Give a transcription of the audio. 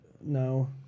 No